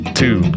two